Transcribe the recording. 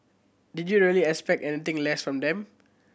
did you really expect anything less from them